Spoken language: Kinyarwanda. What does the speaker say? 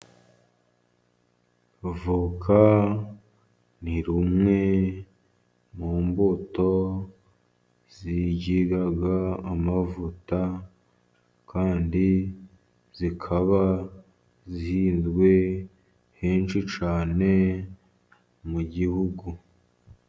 Avoka ni rumwe mu mbuto zigira amavuta, kandi zikaba zihinzwe henshi cyane mu gihugu.